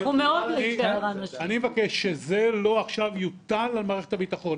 אני מבקש שזה לא יוטל עכשיו על מערכת הביטחון.